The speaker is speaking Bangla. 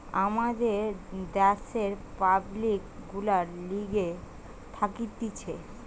আমাদের দ্যাশের পাবলিক গুলার লিগে থাকতিছে